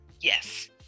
Yes